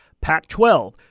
Pac-12